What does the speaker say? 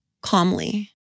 calmly